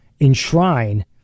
enshrine